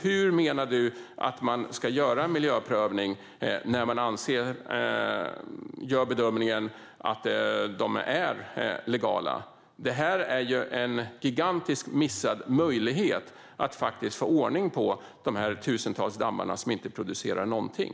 Hur menar du att man ska göra en miljöprövning när man gör bedömningen att de är legala? Detta är ju en gigantisk missad möjlighet att få ordning på de tusentals dammar som inte producerar någonting.